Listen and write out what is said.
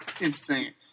Insane